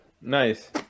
nice